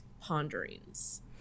ponderings